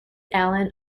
alan